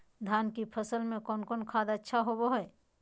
धान की फ़सल में कौन कौन खाद अच्छा होबो हाय?